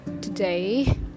today